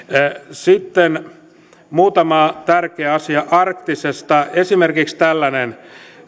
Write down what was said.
sitten muutama tärkeä asia arktiksesta esimerkiksi tällainen